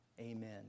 Amen